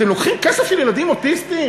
אתם לוקחים כסף של ילדים אוטיסטים,